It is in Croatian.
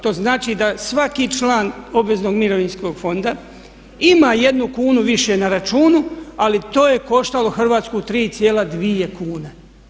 To znači da svaki član obveznog mirovinskog fonda ima jednu kunu više na računu, ali to je koštalo Hrvatsku 3,2 kune.